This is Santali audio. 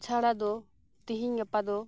ᱪᱷᱟᱲᱟ ᱫᱚ ᱛᱤᱦᱤᱧ ᱜᱟᱯᱟ ᱫᱚ